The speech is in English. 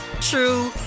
true